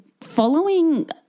following